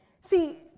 See